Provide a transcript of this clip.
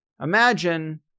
Imagine